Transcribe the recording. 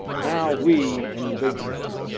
now, we in a big sense.